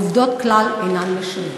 העובדות כלל אינן משנות.